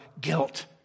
guilt